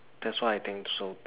that's why I think so too lah